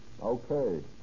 Okay